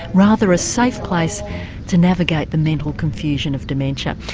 rather a safe place to navigate the mental confusion of dementia.